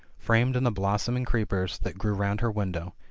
framed in the blossoming creepers that grew round her window,